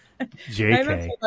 JK